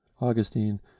Augustine